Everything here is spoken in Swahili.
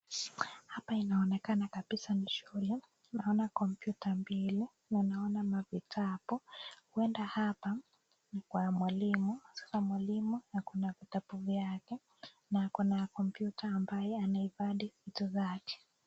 Hapa inaonekana kabisa ni shule, naona kompyuta mbili na naona mavitabu hapo, huenda hapa ni kwa mwalimu ,sasa mwalimu na kuna vitabu vyake na ako na kompyuta ambayo anahifadhi vitu vyake.